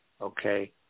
okay